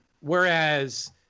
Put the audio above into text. Whereas